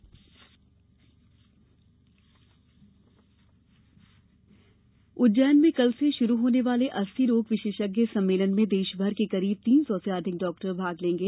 सम्मेलन उज्जैन में कल से शुरु होने वाले अस्थि रोग विशेषज्ञ सम्मेलन में देश भर के करीब तीन सौ से अधिक डाक्टर भाग लेंगे